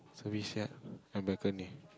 service yard and balcony